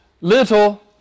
little